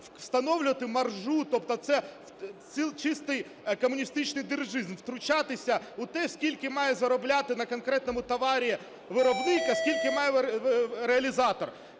встановлювати маржу, тобто це чистий комуністичний дирижизм – втручатися в те, скільки має заробляти на конкретному товарі виробник, а скільки має реалізатор.